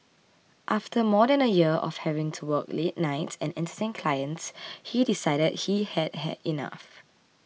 after more than a year of having to work late nights and Entertain Clients he decided he had had enough